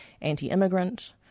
anti-immigrant